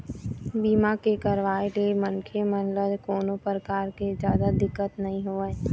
बीमा के करवाय ले मनखे मन ल कोनो परकार के जादा दिक्कत नइ होवय